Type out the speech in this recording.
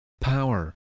power